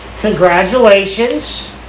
congratulations